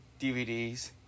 DVDs